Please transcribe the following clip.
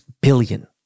billion